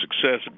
success